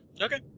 Okay